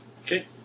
Okay